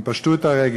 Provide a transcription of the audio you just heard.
הם פשטו את הרגל